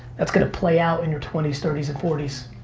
that's gonna play out in your twenty s, thirty s and forty s.